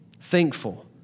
thankful